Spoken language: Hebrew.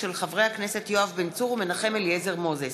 של חברי הכנסת יואב בן צור ומנחם אליעזר מוזס,